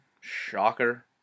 Shocker